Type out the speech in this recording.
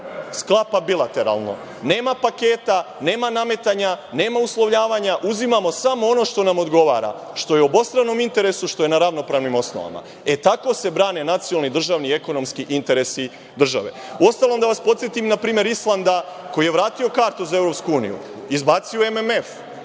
sklada bilateralno, nema paketa, nema nametanja, nema uslovljavanja, uzimamo samo ono što nam odgovora, što je u obostranom interesu, što je na ravnopravnim osnovama. Tako se brane nacionalni, državni i ekonomski interesi države. Uostalom da vas podsetim na primer Islanda, koji je vrati kartu za EU, izbacio MMF,